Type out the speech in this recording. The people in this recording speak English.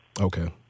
Okay